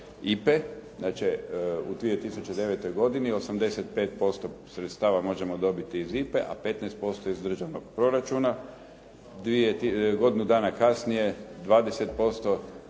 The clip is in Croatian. u 2009. godini 85% sredstava možemo dobiti iz IPA-e, a 15% iz državnog proračuna. Godinu dana kasnije 20% iz državnog